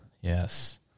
Yes